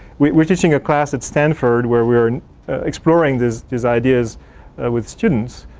we're we're teaching a class at stanford where we're exploring these these ideas with students,